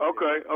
Okay